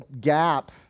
gap